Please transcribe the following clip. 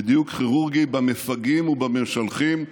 בדיוק כירורגי במפגעים ובמשלחים,